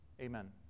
Amen